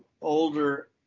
older